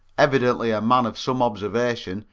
evidently a man of some observation,